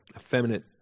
effeminate